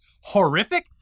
horrific